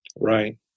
Right